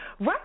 right